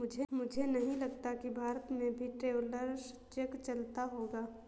मुझे नहीं लगता कि भारत में भी ट्रैवलर्स चेक चलता होगा